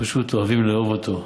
פשוט, אוהבים לאהוב אותו,